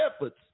efforts